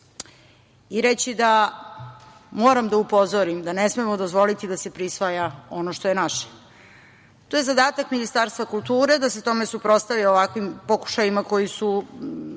i reći da moram da upozorim da ne smemo dozvoliti da se prisvaja ono što je naše. To je zadatak Ministarstva kulture da se tome suprotstavi ovakvim pokušajima koji su